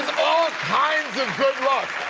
ah kinds of good luck.